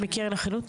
מקרן החילוט?